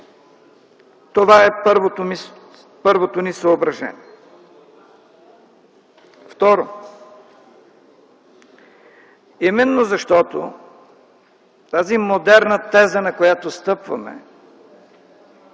Това е първото ми съображение. Второ, именно защото тази модерна теза, на която стъпваме